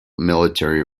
military